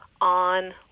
on